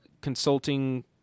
consulting